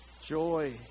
joy